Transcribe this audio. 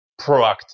proactive